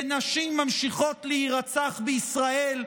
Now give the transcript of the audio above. ונשים ממשיכות להירצח בישראל,